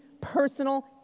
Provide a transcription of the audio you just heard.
personal